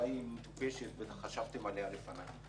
אולי היא מטופשת וחשבתם עליה לפניי.